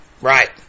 right